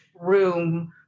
room